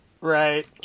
Right